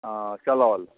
हँ चलल